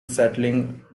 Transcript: settling